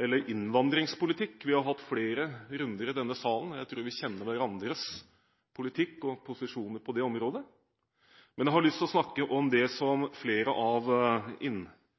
eller innvandringspolitikk – vi har hatt flere runder i denne salen, jeg tror vi kjenner hverandres politikk og posisjon på det området – men jeg har lyst å snakke om det som flere av